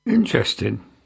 Interesting